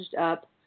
up